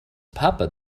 papa